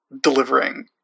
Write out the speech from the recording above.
delivering